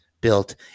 built